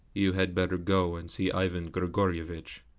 you had better go and see ivan grigorievitch,